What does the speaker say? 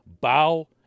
bow